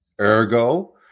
Ergo